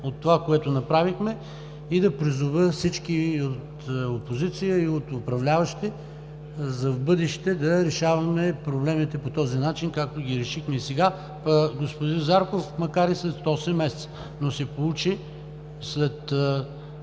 от това, което направихме, и да призова всички – от опозиция и от управляващи, за в бъдеще да решаваме проблемите по този начин, както ги решихме и сега, господин Зарков, макар и след осем месеца, но се получи след